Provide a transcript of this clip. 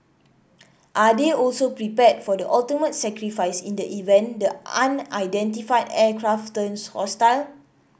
are they also prepared for the ultimate sacrifice in the event the unidentified aircraft turns hostile